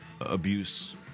abuse